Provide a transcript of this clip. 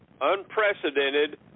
unprecedented